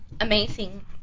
Amazing